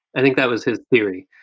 i think that was his theory.